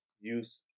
use